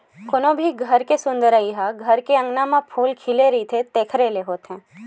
कोनो भी घर के सुंदरई ह घर के अँगना म फूल खिले रहिथे तेखरे ले होथे